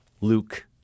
Luke